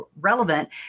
relevant